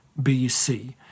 BC